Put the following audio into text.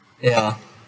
ya